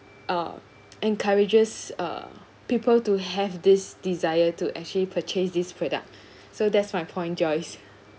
uh encourages uh people to have this desire to actually purchase this product so that's my point joyce